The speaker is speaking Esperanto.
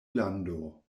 lando